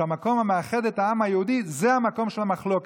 שהמקום המאחד את העם היהודי זה המקום של המחלוקת,